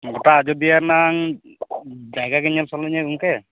ᱜᱚᱴᱟ ᱟᱡᱚᱫᱤᱭᱟᱹ ᱨᱮᱱᱟᱝ ᱡᱟᱭᱜᱟ ᱜᱮ ᱧᱮᱞ ᱥᱟᱱᱟᱧᱟ ᱜᱚᱝᱠᱮ